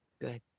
Good